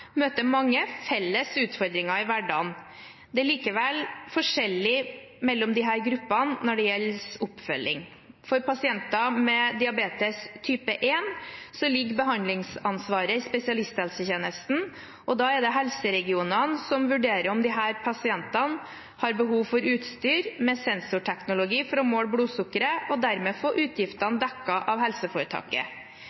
møter mange felles utfordringer i hverdagen. Det er likevel forskjell mellom disse to gruppene når det gjelder oppfølging. For pasienter med diabetes type 1 ligger behandlingsansvaret i spesialisthelsetjenesten, og da er det helseregionene som vurderer om disse pasientene har behov for utstyr med sensorteknologi for å måle blodsukkeret, og dermed skal få utgiftene